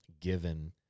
given